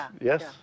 Yes